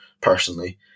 personally